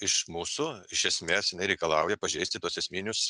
iš mūsų iš esmės jinai reikalauja pažeisti tuos esminius